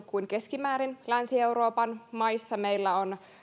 kuin keskimäärin länsi euroopan maissa meillä on